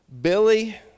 Billy